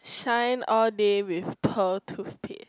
shine all day with pearl tooth paste